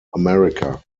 america